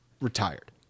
retired